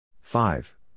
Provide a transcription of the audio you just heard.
five